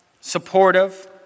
supportive